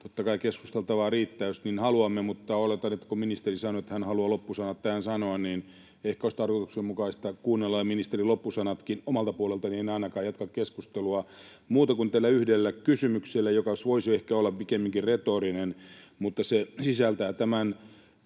Totta kai keskusteltavaa riittää, jos niin haluamme, mutta oletan, että kun ministeri sanoi, että hän haluaa loppusanat tähän sanoa, niin ehkä olisi tarkoituksenmukaista kuunnella ne ministerin loppusanatkin. Omalta puoleltani en ainakaan jatka keskustelua muuten kuin tällä yhdellä kysymyksellä, joka voisi ehkä olla pikemminkin retorinen, mutta se sisältää tämän